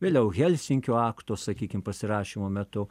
vėliau helsinkio akto sakykim pasirašymo metu